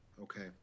okay